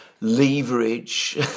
leverage